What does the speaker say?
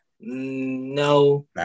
No